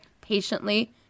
patiently